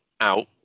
out